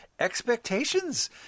expectations